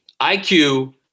IQ